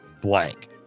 blank